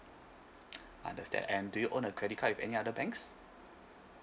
I understand and do you own a credit card with any other banks